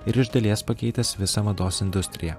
ir iš dalies pakeitęs visą mados industriją